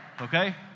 Okay